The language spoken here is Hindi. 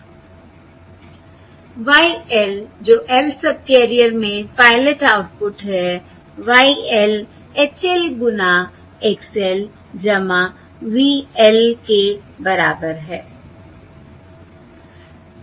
Y l जो lth सबकैरियर में पायलट आउटपुट है Y l H l गुना X l V l के बराबर है